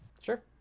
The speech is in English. Sure